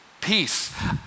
peace